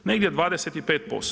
Negdje 25%